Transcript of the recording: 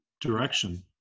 direction